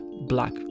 black